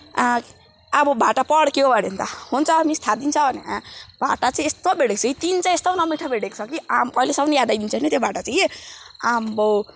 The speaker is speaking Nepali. अब भाटा पड्क्यो अरे नि त हुन्छ मिस थाप्दिन्छ भने भाटा चाहिँ यस्तो भेटेछ कि तिन चाहिँ यस्तो नमिठो भेटेको छ कि अहिलेसम्म याद आइदिन्छ कि त्यो भाटा चाहिँ के आम्मै हो